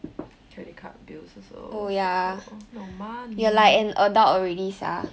credit card bills also so no money